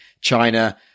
China